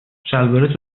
شلوارت